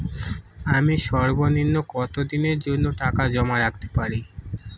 আমি সর্বনিম্ন কতদিনের জন্য টাকা জমা রাখতে পারি?